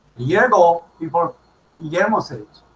year ago people were guillermo's age